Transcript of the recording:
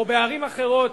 ובערים אחרות,